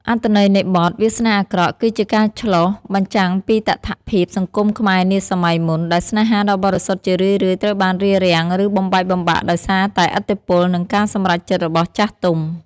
អត្ថន័យនៃបទ "វាសនាអាក្រក់" គឺជាការឆ្លុះបញ្ចាំងពីតថភាពសង្គមខ្មែរនាសម័យមុន ដែលស្នេហាដ៏បរិសុទ្ធជារឿយៗត្រូវបានរារាំង ឬបំបែកបំបាក់ដោយសារតែឥទ្ធិពល និងការសម្រេចចិត្តរបស់ចាស់ទុំ។